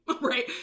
right